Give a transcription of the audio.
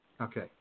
Okay